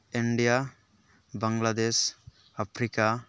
India Bangladesh Africa